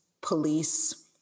police